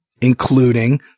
Including